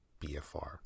BFR